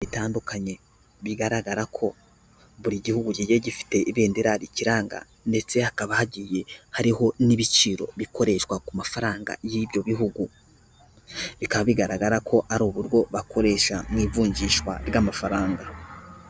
Bitandukanye bigaragara ko buri gihugu kigiye gifite ibendera rikiranga ndetse hakaba hagiye hariho n'ibiciro bikoreshwa ku mafaranga y'ibyo bihugu, bikaba bigaragara ko ari uburyo bakoresha nk'ivunjishwa ry'amafaranga.